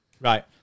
Right